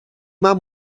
man